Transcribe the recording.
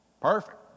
Perfect